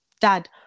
dad